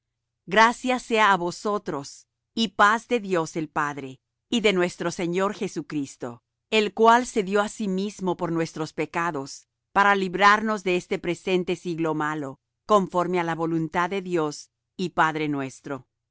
gracia sea á vosotros y paz de dios el padre y de nuestro señor jesucristo el cual se dió á sí mismo por nuestros pecados para librarnos de este presente siglo malo conforme á la voluntad de dios y padre nuestro